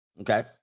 Okay